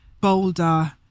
bolder